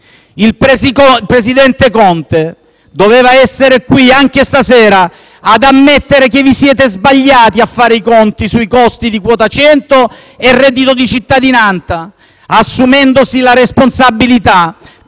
Il presidente Conte avrebbe dovuto essere qui anche questa sera ad ammettere che vi siete sbagliati a fare i conti sui costi di quota 100 e reddito di cittadinanza, assumendosi la responsabilità,